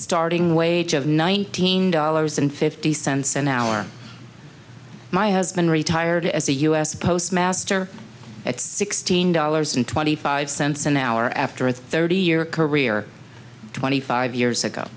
starting wage of nineteen dollars and fifty cents an hour my husband retired as a u s postmaster at sixteen dollars and twenty five cents an hour after a thirty year career twenty five years ago